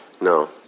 No